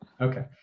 Okay